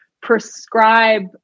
prescribe